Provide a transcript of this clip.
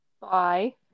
bye